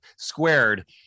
squared